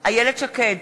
איילת שקד,